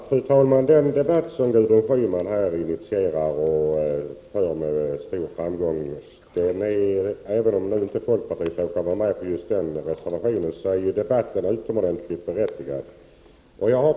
Fru talman! Den debatt som Gudrun Schyman här initierar och för med stor framgång, tycker jag är utomordentligt berättigad, även om folkpartiet inte har varit med på just den berörda reservationen.